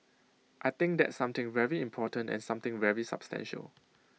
I think that's something very important and something very substantial